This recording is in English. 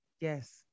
yes